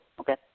Okay